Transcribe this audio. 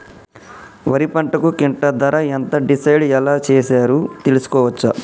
వరి పంటకు క్వింటా ధర ఎంత డిసైడ్ ఎలా చేశారు తెలుసుకోవచ్చా?